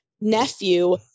nephew